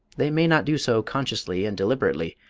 they may not do so consciously and deliberately,